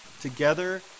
Together